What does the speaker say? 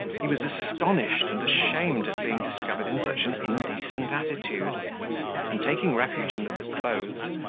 he was astonished and ashamed at being discovered in such an indecent attitude and, taking refuge under the clothes,